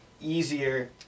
easier